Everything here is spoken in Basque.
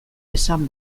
esan